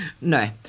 No